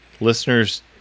Listeners